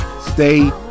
stay